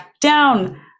down